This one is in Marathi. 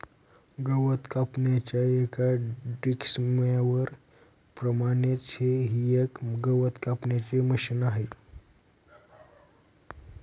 गवत कापण्याच्या एका डिक्स मॉवर प्रमाणेच हे ही एक गवत कापण्याचे मशिन आहे